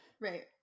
Right